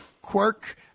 Quirk